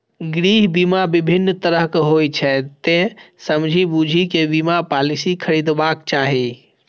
गृह बीमा विभिन्न तरहक होइ छै, तें समझि बूझि कें बीमा पॉलिसी खरीदबाक चाही